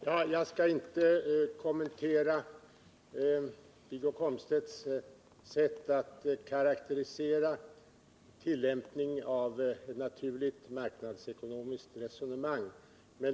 Herr talman! Jag skall inte kommentera Wiggo Komstedts sätt att karakterisera tillämpning av ett naturligt marknadsekonomiskt resonemang.